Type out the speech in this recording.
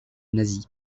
nazie